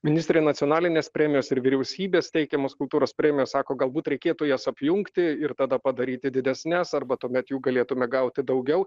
ministre nacionalinės premijos ir vyriausybės teikiamos kultūros premijos sako galbūt reikėtų jas apjungti ir tada padaryti didesnes arba tuomet jų galėtume gauti daugiau